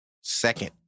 second